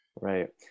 Right